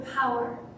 power